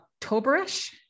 octoberish